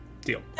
Deal